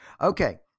Okay